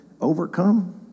overcome